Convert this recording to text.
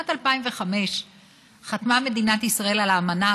בשנת 2005 חתמה מדינת ישראל על האמנה